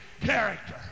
character